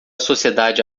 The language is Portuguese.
sociedade